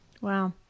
Wow